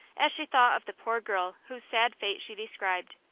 as she thought of the poor girl whose sad fate she described.